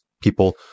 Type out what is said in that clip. people